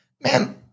Man